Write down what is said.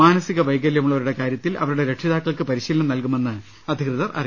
മാനസിക വൈകല്യമുള്ളവരുടെ കാരൃത്തിൽ അവരുടെ രക്ഷിതാക്കൾക്ക് പരിശീലനം നൽകുമെന്ന് അധികൃതർ അറിയിച്ചു